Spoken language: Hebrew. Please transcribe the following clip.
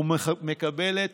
ומקבלת